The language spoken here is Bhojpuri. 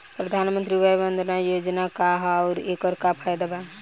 प्रधानमंत्री वय वन्दना योजना का ह आउर एकर का फायदा बा?